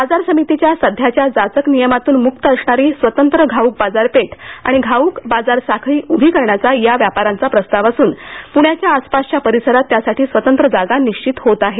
बाजार समितीच्या सध्याच्या जाचक नियमातून मुक्त असणारी स्वतंत्र घाऊक बाजारपेठ आणि घाऊक बाजार साखळी उभी करण्याचा या व्यापाऱ्यांचा प्रस्ताव असून प्ण्याच्या आसपासच्या परिसरात त्यासाठी स्वतंत्र जागा निश्चित होत आहे